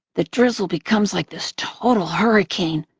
the drizzle becomes like this total hurricane.